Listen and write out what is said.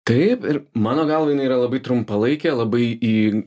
taip ir mano galva jinai yra labai trumpalaikė labai į